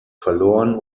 verloren